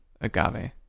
agave